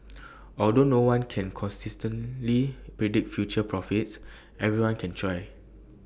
although no one can consistently predict future profits everyone can try